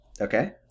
Okay